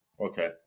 Okay